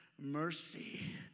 Mercy